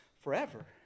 forever